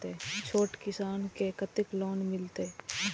छोट किसान के कतेक लोन मिलते?